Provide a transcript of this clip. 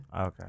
Okay